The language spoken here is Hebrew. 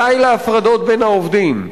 די להפרדות בין העובדים,